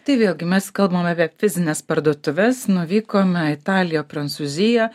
tai vėlgi mes kalbame apie fizines parduotuves nuvykome į italiją prancūziją